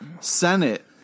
Senate